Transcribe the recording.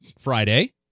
Friday